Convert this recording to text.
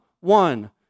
one